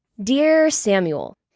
dear samuel,